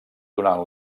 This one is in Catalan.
durant